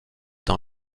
dans